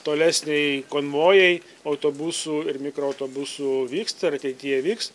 tolesnei konvojai autobusų ir mikroautobusų vyksta ir ateityje vyks